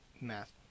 Math